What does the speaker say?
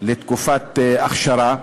לתקופת אכשרה.